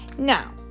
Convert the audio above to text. Now